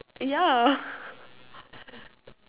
ya